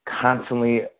constantly